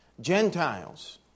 Gentiles